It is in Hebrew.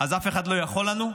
אז אף אחד לא יכול לנו.